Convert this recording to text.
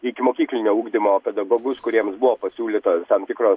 ikimokyklinio ugdymo pedagogus kuriems buvo pasiūlytos tam tikros